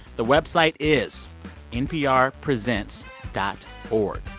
the website is nprpresents dot org.